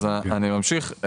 אז אני ממשיך.